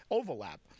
overlap